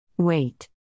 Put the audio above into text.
wait